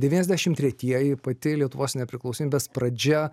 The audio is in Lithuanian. devyniasdešim tretieji pati lietuvos nepriklausomybės pradžia